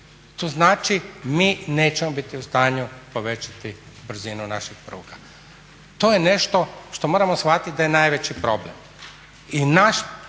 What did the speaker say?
To znači mi nećemo biti u stanju povećati brzinu naših pruga. To je nešto što moramo shvatiti da je najveći problem